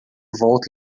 volta